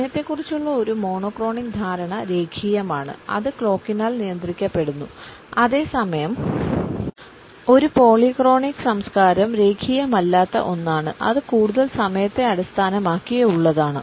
സമയത്തെക്കുറിച്ചുള്ള ഒരു മോണോക്രോണിക് ധാരണ രേഖീയമാണ് അത് ക്ലോക്കിനാൽ നിയന്ത്രിക്കപ്പെടുന്നു അതേസമയം ഒരു പോളിക്രോണിക് സംസ്കാരം രേഖീയമല്ലാത്ത ഒന്നാണ് അത് കൂടുതൽ സമയത്തെ അടിസ്ഥാനമാക്കിയുള്ളതാണ്